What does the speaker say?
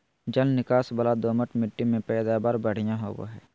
जल निकास वला दोमट मिट्टी में पैदावार बढ़िया होवई हई